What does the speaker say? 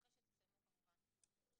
אחרי שתסיימו כמובן,